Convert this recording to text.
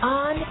on